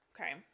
Okay